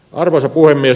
arvoisa puhemies